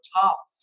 top